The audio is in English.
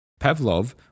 Pavlov